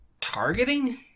targeting